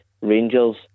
Rangers